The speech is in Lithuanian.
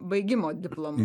baigimo diplomu